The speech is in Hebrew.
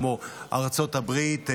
כמו ארצות הברית,